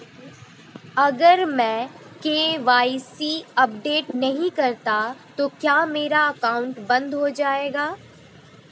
अगर मैं KYC update नहीं करता तो क्या मेरा अकाउंट बंद हो जाएगा?